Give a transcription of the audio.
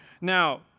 Now